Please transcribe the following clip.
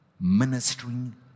ministering